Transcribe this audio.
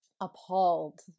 appalled